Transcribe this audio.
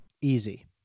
easy